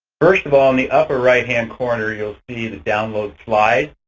first of all, in the upper right-hand corner you'll see the download slides.